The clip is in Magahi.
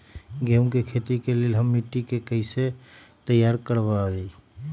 गेंहू की खेती के लिए हम मिट्टी के कैसे तैयार करवाई?